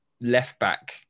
left-back